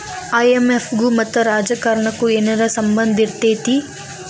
IMF ಗು ಮತ್ತ ರಾಜಕಾರಣಕ್ಕು ಏನರ ಸಂಭಂದಿರ್ತೇತಿ?